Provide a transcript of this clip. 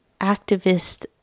activist